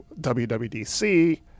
wwdc